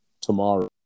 tomorrow